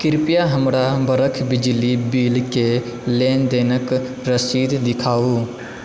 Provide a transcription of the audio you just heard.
कृपया हमरा बरख बिजली बिलके लेनदेनक रसीद देखाउ